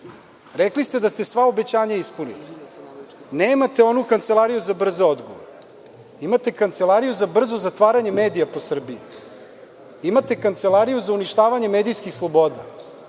Rekli ste da ste sva obećanja ispunili. Nemate onu kancelariju za brze odgovore. Imate kancelariju za brzo zatvaranje medija po Srbiji. Imate kancelariju za uništavanje medijskih sloboda.